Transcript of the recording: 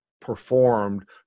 performed